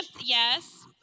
yes